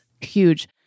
huge